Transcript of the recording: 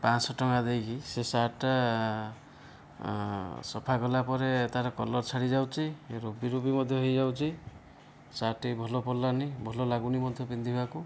ପାଞ୍ଚଶହ ଟଙ୍କା ଦେଇକି ସେ ସାର୍ଟଟା ସଫା କଲା ପରେ ତା'ର କଲର ଛାଡ଼ିଯାଉଛି ରିବି ରିବି ମଧ୍ୟ ହୋଇଯାଉଛି ସାର୍ଟଟି ଭଲ ପଡ଼ିଲାନାହିଁ ଭଲ ଲାଗୁନାହିଁ ମଧ୍ୟ ପିନ୍ଧିବାକୁ